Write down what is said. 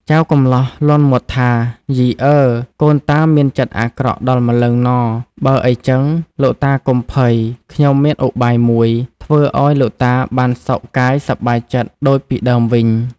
ចៅកម្លោះលាន់មាត់ថា “ យីអើ! កូនតាមានចិត្តអាក្រក់ដល់ម្លឹងហ្ន៎បើអីចឹង លោកតាកុំភ័យ ខ្ញុំមានឧបាយមួយ ធ្វើឱ្យលោកតាបានសុខកាយសប្បាយចិត្តដូចពីដើមវិញ។